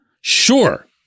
Sure